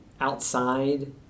outside